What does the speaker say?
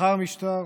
לאחר המשטר